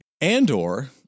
Andor